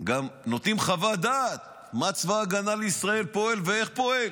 גם נותנים חוות דעת מה צבא ההגנה לישראל פועל ואיך פועל,